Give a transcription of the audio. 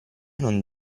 non